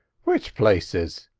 which places?